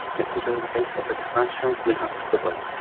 the current pace of expansion will have to double.